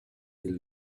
del